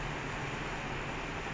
millenial